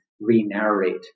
re-narrate